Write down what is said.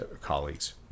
colleagues